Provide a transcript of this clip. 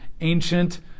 ancient